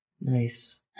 nice